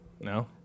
No